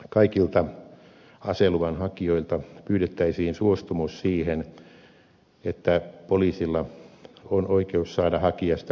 kaikilta aseluvan hakijoilta pyydettäisiin suostumus siihen että poliisilla on oikeus saada hakijasta lääketieteellinen arvio